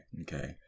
okay